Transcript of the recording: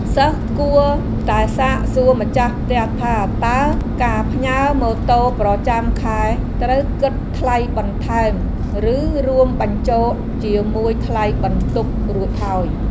សិស្សគួរតែសាកសួរម្ចាស់ផ្ទះថាតើការផ្ញើម៉ូតូប្រចាំខែត្រូវគិតថ្លៃបន្ថែមឬរួមបញ្ចូលជាមួយថ្លៃបន្ទប់រួចហើយ។